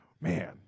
Man